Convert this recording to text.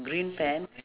green pants